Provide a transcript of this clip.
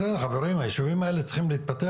בסדר, חברים, הישובים האלה צריכים להתפתח.